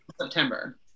september